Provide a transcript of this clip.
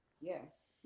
Yes